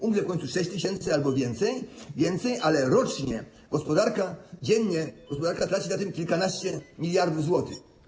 Umrze w końcu 6 tys. osób albo więcej, ale rocznie gospodarka, dziennie gospodarka traci na tym kilkanaście miliardów złotych.